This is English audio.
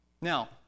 Now